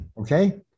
Okay